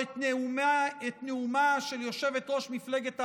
או את נאומה של יושבת-ראש מפלגת העבודה,